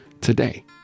today